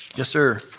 yes, sir.